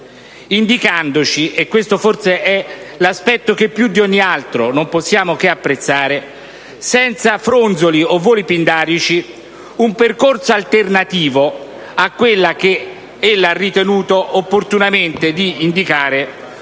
indicato - e questo forse è l'aspetto che più di ogni altro non possiamo che apprezzare, senza fronzoli e voli pindarici - un percorso alternativo a quella che ella ha ritenuto opportunamente di definire